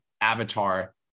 avatar